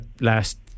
last